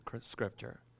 Scripture